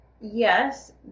yes